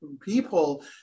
people